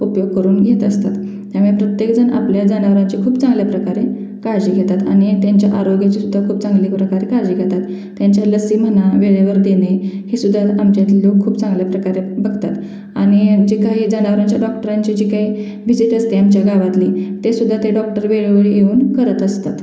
उपयोग करून घेत असतात त्यामुळे प्रत्येकजण आपल्या जनावरांची खूप चांगल्या प्रकारे काळजी घेतात आणि त्यांच्या आरोग्याची सुद्धा खूप चांगल्या प्रकारे काळजी घेतात त्यांच्या लसी म्हणा वेळेवर देणे हे सुद्धा आमच्या इथले लोक खूप चांगल्या प्रकारे बघतात आणि जे काही जनावरांच्या डॉक्टरांची जी काही व्हिजिट असते आमच्या गावातली ते सुद्धा ते डॉक्टर वेळोवेळी येऊन करत असतात